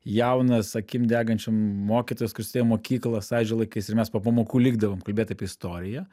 jaunas akim degančiom mokytojas kuris ėjo į mokykla sąjūdžio laikais ir mes po pamokų likdavom kalbėt apie istoriją